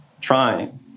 trying